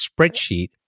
spreadsheet